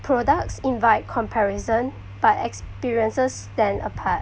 products invite comparison but experiences stand apart